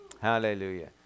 hallelujah